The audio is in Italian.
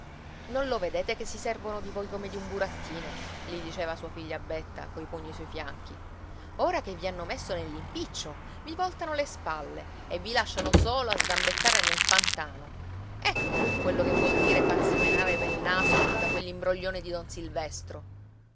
non lo vedete che si servono di voi come di un burattino gli diceva sua figlia betta coi pugni sui fianchi ora che vi hanno messo nell'impiccio vi voltano le spalle e vi lasciano solo a sgambettare nel pantano ecco quel che vuol dire farsi menare pel naso da quell'imbroglione di don silvestro